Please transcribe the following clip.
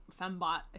fembot